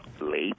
late